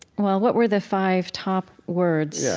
well, what were the five top words? yeah